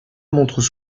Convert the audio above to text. montrent